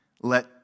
let